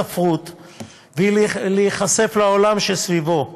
ספרות, ולהיחשף לעולם שסביבו.